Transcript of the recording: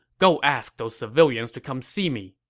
go ask those civilians to come see me.